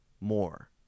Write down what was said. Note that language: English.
more